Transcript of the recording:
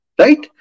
right